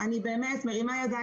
אני באמת מרימה ידיים.